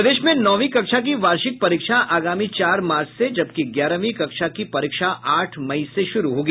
प्रदेश में नौंवी कक्षा की वार्षिक परीक्षा आगामी चार मार्च से जबकि ग्यारहवीं कक्षा की परीक्षा आठ मई से शुरू होगी